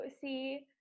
see